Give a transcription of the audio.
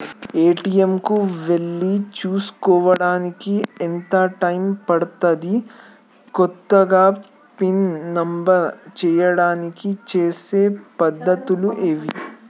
ATM కు వెళ్లి చేసుకోవడానికి ఎంత టైం పడుతది? కొత్తగా పిన్ నంబర్ చేయడానికి చేసే పద్ధతులు ఏవి?